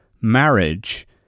marriage